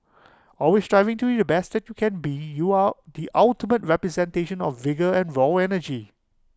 always striving to be the best that you can be you are the ultimate representation of vigour and raw energy